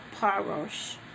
Parosh